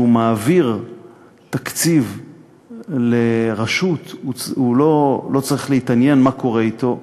מעביר תקציב לרשות לא צריך להתעניין מה קורה אתו.